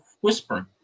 whispering